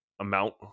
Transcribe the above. amount